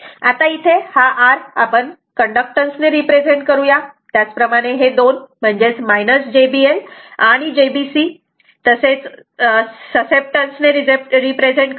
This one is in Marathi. आता इथे हा R आपण कंडक्टन्स ने रिप्रेझेंट करूया त्याच प्रमाणे हे दोन म्हणजेच jB L आणि jB C तसेत ससेप्टन्स ने रिप्रेझेंट करूया